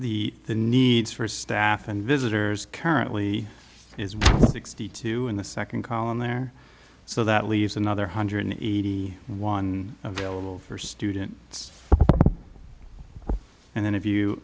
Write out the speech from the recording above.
the needs for staff and visitors currently is sixty two in the second column there so that leaves another hundred eighty one available for students and then if you